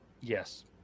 Yes